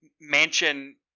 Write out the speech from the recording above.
mansion